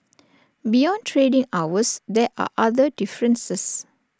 beyond trading hours there are other differences